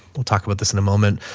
we'll talk about this in a moment,